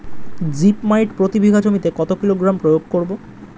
Zip মাইট প্রতি বিঘা জমিতে কত কিলোগ্রাম প্রয়োগ করব?